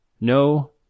no